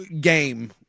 game